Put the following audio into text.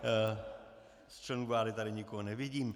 Z členů vlády tady nikoho nevidím.